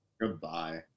Goodbye